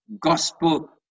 gospel